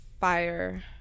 fire